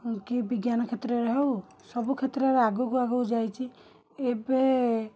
କି ବିଜ୍ଞାନ କ୍ଷେତ୍ରରେ ହେଉ ସବୁ କ୍ଷେତ୍ରରେ ଆଗକୁ ଆଗକୁ ଯାଇଛି ଏବେ